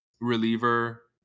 reliever